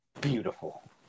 Beautiful